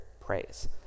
praise